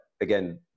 again